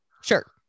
Sure